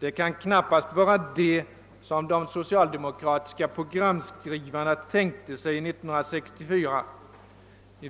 Det kan knappast vara detta som de socialdemokratiska programskrivarna tänkte sig 1964.